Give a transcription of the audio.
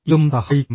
ഇതും സഹായിക്കും